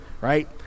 right